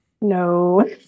No